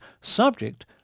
subject